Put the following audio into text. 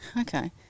Okay